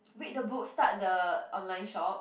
read the book start the online shop